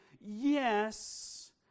Yes